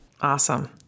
Awesome